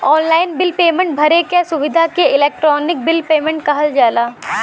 online bill भरे क सुविधा के इलेक्ट्रानिक बिल पेमेन्ट कहल जाला